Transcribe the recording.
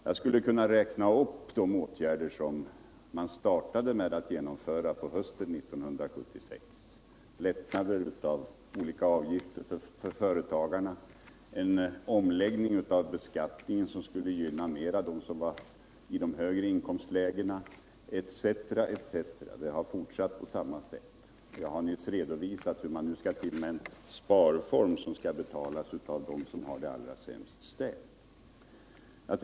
Jag skulle kunna räkna upp de åtgärder som man startade med att genomföra hösten 1976 —- lättnader av olika avgifter för företagarna, en omläggning av beskattningen som mer gynnade människor i de högre inkomstlägena etc. Det har fortsatt på samma sätt. Jag har nyss redovisat hur man ämnar införa en sparform som skall betalas av dem som har det allra sämst ställt.